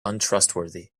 untrustworthy